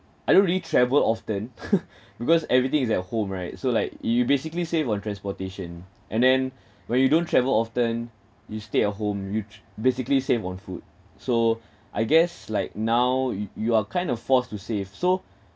I don't really travel often because everything is at home right so like you basically save on transportation and then when you don't travel often you stay at home you basically save on food so I guess like now you you are kind of forced to save so